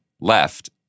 left